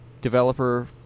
developer